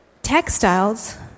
Textiles